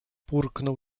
burknął